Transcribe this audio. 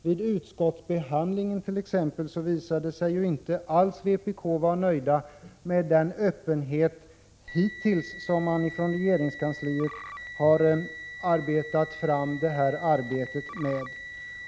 Vid utskottsbehandlingen t.ex. visade det sig ju att man i vpk inte alls var nöjd med den öppenhet som regeringskansliet hittills har visat i det här arbetet.